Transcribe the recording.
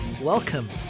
welcome